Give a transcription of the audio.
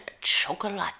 chocolate